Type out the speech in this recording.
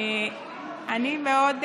אני מאוד,